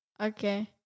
Okay